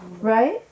right